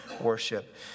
worship